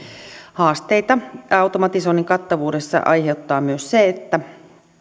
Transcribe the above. haasteita automatisoinnin kattavuudessa aiheuttaa myös se että